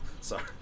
sorry